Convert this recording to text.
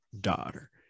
daughter